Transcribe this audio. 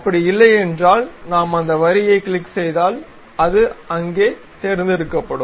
அப்படி இல்லை என்றால் நாம் அந்த வரியைக் கிளிக் செய்தால் அது அங்கே தேர்ந்தெடுக்கப்படும்